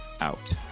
out